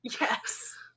Yes